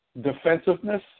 defensiveness